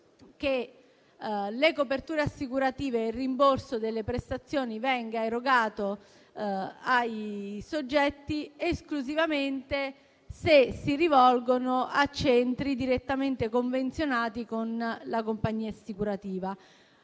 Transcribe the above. che le coperture assicurative e il rimborso delle prestazioni vengano erogati ai soggetti esclusivamente se si rivolgono a centri direttamente convenzionati con la compagnia assicurativa.